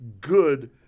good